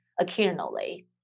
occasionally